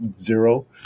zero